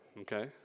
okay